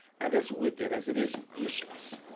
and as wicked as it is useless.